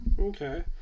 Okay